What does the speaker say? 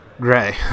gray